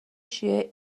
شیوع